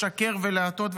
לשקר ולהטות,